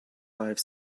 five